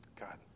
God